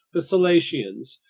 the selacians,